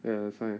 ya that's why